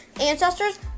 ancestors